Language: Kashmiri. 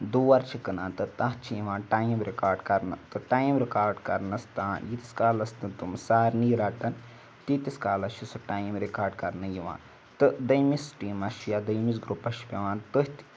دور چھِ کٕنان تہٕ تَتھ چھِ یِوان ٹایم رِکاڈ کَرنہٕ تہٕ ٹایم رِکاڈ کَرنَس تانۍ ییٖتِس کالَس نہٕ تم سارنٕے رَٹَن تیٖتِس کالَس چھِ سُہ ٹایم رِکاڈ کَرنہٕ یِوان تہٕ دٔیمِس ٹیٖمَس چھُ یا دٔیمِس گرُپَس چھِ پٮ۪وان تٔتھۍ